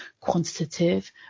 quantitative